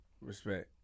respect